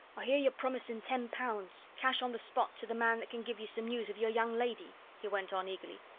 i hear you're promising ten pounds cash on the spot to the man that can give you some news of your young lady? he went on eagerly.